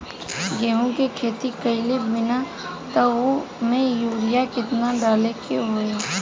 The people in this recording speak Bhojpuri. गेहूं के खेती कइले बानी त वो में युरिया केतना डाले के होई?